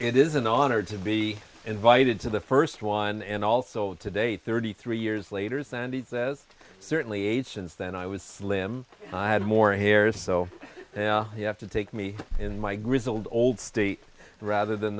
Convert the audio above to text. it is an honor to be invited to the first one and also today thirty three years later sandy says certainly age since then i was slim i had more hair so yeah you have to take me in my grizzled old state rather than